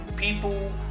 People